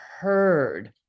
heard